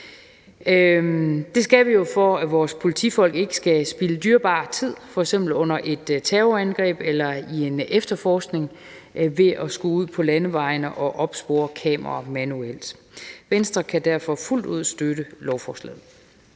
Det skal vi jo have, for at vores politifolk ikke skal spilde dyrebar tid, f.eks. under et terrorangreb eller i en efterforskning, ved at skulle ud på landevejene og opspore kameraer manuelt. Venstre kan derfor fuldt ud støtte lovforslaget.